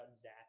Zach